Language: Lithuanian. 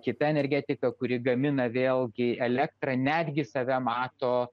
kita energetika kuri gamina vėlgi elektrą netgi save mato